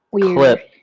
clip